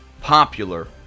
popular